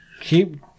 Keep